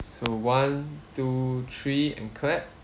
so one two three and clap